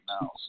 now